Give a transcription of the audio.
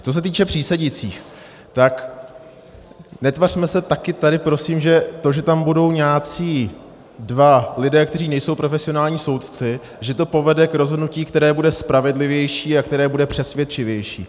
Co se týče přísedících, tak netvařme se taky tady prosím, že to, že tam budou nějací dva lidé, kteří nejsou profesionální soudci, že to povede k rozhodnutí, které bude spravedlivější a které bude přesvědčivější.